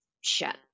shut